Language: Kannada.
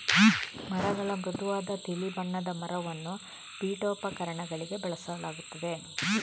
ಮರಗಳ ಮೃದುವಾದ ತಿಳಿ ಬಣ್ಣದ ಮರವನ್ನು ಪೀಠೋಪಕರಣಗಳಿಗೆ ಬಳಸಲಾಗುತ್ತದೆ